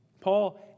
Paul